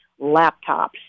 laptops